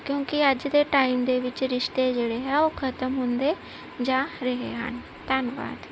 ਕਿਉਂਕਿ ਅੱਜ ਦੇ ਟਾਈਮ ਦੇ ਵਿੱਚ ਰਿਸ਼ਤੇ ਜਿਹੜੇ ਹੈ ਉਹ ਖਤਮ ਹੁੰਦੇ ਜਾ ਰਹੇ ਹਨ ਧੰਨਵਾਦ